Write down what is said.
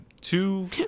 two